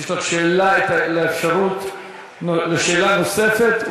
יש לך אפשרות לשאלה נוספת,